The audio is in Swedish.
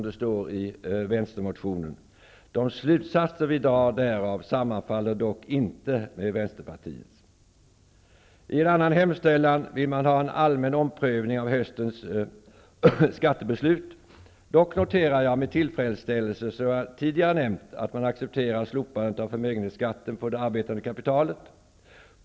De slutsatser vi drar därav sammanfaller dock inte med Vänsterpartiets. I en annan hemställan vill man ha en allmän omprövning av höstens skattebeslut. Dock noterar jag, som jag tidigare nämnt, med tillfredsställelse att man accepterar slopandet av förmögenhetsskatten på det arbetande kapitalet.